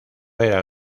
era